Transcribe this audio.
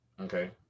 Okay